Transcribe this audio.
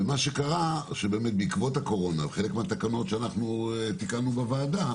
מה שקרה שבעקבות הקורונה בחלק מהתקנות שאנחנו תיקנו בוועדה